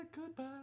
goodbye